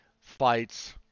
Fights